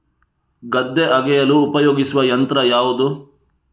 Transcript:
ಗದ್ದೆ ಅಗೆಯಲು ಉಪಯೋಗಿಸುವ ಯಂತ್ರ ಯಾವುದು?